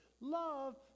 Love